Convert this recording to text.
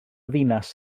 ddinas